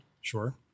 Sure